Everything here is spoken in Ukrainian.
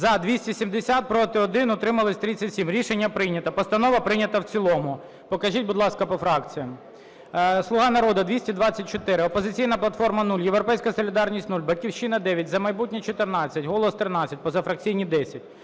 За-270 Проти – 1, утримались – 37. Рішення прийнято. Постанова прийнята в цілому. Покажіть, будь ласка, по фракціям. "Слуга народу" – 224, "Опозиційна платформа" – 0, "Європейська солідарність" – 0, "Батьківщина" – 9, "За майбутнє" – 14, "Голос" – 13, позафракційні – 10.